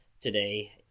today